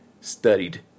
studied